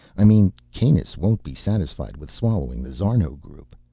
i mean, kanus won't be satisfied with swallowing the szarno group.